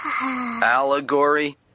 Allegory